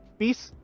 peace